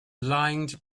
aligned